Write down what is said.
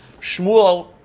Shmuel